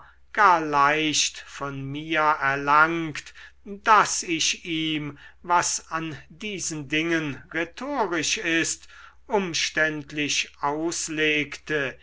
gar leicht von mir erlangt daß ich ihm was an diesen dingen rhetorisch ist umständlich auslegte